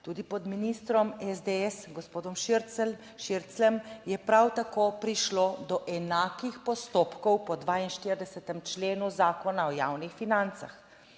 tudi pod ministrom SDS, gospodom Šircljem je prav tako prišlo do enakih postopkov po 42. členu Zakona o javnih financah.